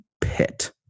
pit